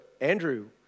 Andrew